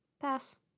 Pass